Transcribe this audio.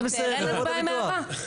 אין לנו בעיה עם ההערה.